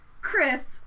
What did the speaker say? Chris